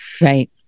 Right